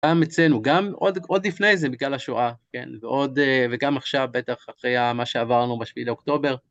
גם אצלנו, גם עוד לפני זה, בגלל השואה, כן, ועוד, וגם עכשיו, בטח, אחרי מה שעברנו בשביעי לאוקטובר.